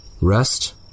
rest